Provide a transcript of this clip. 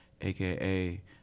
aka